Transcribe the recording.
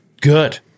good